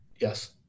Yes